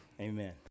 Amen